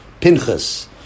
Pinchas